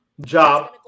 Job